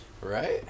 right